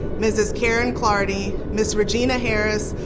mrs. karen clardy. ms. regina harris.